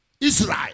Israel